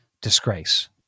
Disgrace